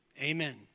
Amen